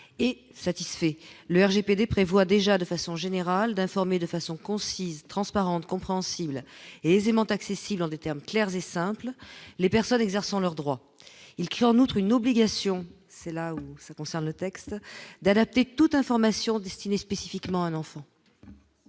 et satisfait le RGPD prévoit déjà de façon générale, d'informer de façon concise transparente, compréhensible et aisément accessible en des termes clairs et simples, les personnes exerçant leur droit, il craint en outre une obligation, c'est là où ça concerne le texte d'adapter toute information destinée spécifiquement à l'enfant.